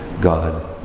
God